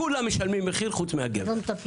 כולם משלמים מחיר חוץ מהגבר.